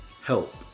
Help